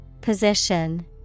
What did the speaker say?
Position